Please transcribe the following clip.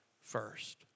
first